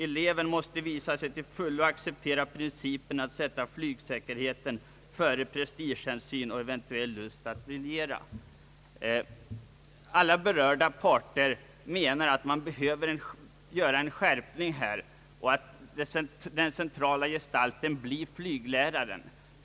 Eleven måste visa sig till fullo acceptera principen att sätta flygsäkerheten före prestigehänsyn och eventuell lust att briljera.» Alla berörda parter anser att det behövs en skärpning på detta område och att den centrala gestalten därvid skall vara flygläraren.